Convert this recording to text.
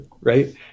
Right